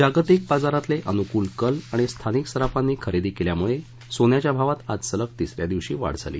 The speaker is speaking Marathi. जागतिक बाजारातले अनुकूल कल आणि स्थानिक सराफांनी खरेदी केल्यामुळं सोन्याच्या भावात आज सलग तिस या दिवशी वाढ झाली